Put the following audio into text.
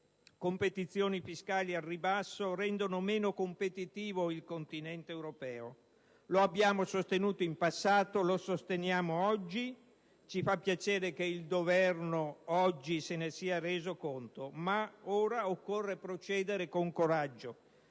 competizioni fiscali al ribasso rendono meno competitivo il continente europeo. Lo abbiamo sostenuto in passato, lo sosteniamo oggi. Ci fa piacere che il Governo oggi se ne sia reso conto, ma ora occorre procedere con coraggio.